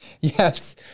Yes